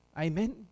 Amen